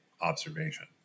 observation